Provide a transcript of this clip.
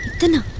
didn't